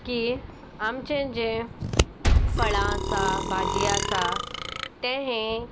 की आमचें जें फळां आसा भाजी आसा तें हें